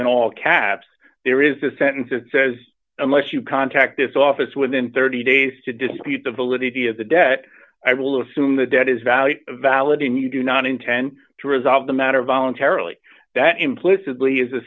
in all caps there is a sentence that says unless you contact this office within thirty days to dispute the validity of the debt i will assume the debt is valid valid in you do not intend to resolve the matter voluntarily that implicitly is a